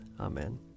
Amen